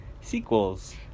sequels